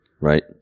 Right